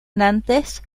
nantes